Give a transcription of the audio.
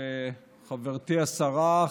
חברתי השרה,